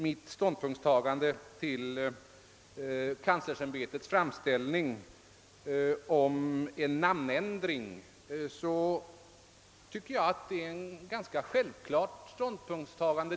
Mitt ståndpunktstagande till kanslersämbetets framställning om en namnändring tycker jag är ganska självklart.